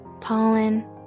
pollen